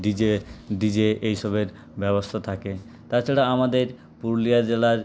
DJ DJ এইসবের ব্যবস্থা থাকে তাছাড়া আমাদের পুরুলিয়া জেলার